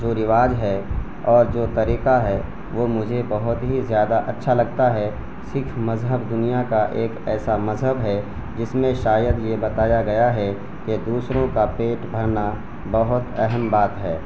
جو رواج ہے اور جو طریقہ ہے وہ مجھے بہت ہی زیادہ اچھا لگتا ہے سکھ مذہب دنیا کا ایک ایسا مذہب ہے جس میں شاید یہ بتایا گیا ہے کہ دوسروں کا پیٹ بھرنا بہت اہم بات ہے